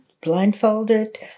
blindfolded